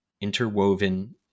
interwoven